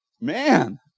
man